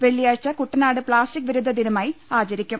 വെള്ളിയാഴ്ച കുട്ടനാട് പ്ലാസ്റ്റിക് വിരുദ്ധ ദിനമായി ആചരിക്കും